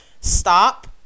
stop